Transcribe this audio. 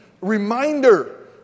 reminder